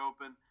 Open